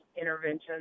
interventions